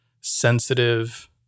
sensitive